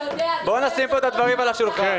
אתה יודע --- בואו נשים פה את הדברים על השולחן.